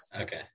okay